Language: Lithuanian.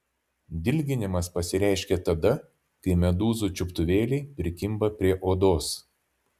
dilginimas pasireiškia tada kai medūzų čiuptuvėliai prikimba prie odos